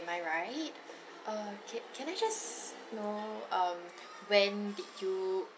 am I right uh ca~ can I just know um when did you